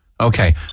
Okay